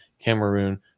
cameroon